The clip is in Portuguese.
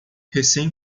recém